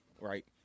right